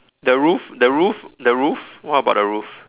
the roof the roof the roof what about the roof